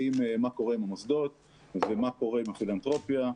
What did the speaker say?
מה קורה עם המוסדות ומה קורה עם הפילנתרופיה,